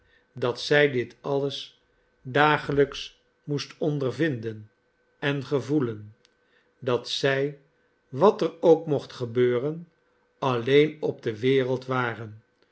dat zij dit alles dagelijks moest ondervinden en gevoelen dat zij wat er ook mocht gebeuren alleen op de wereld waren